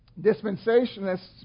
dispensationalists